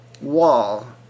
wall